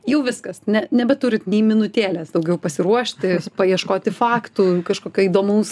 jau viskas ne nebeturit nei minutėlės daugiau pasiruošti paieškoti faktų kažkokio įdomaus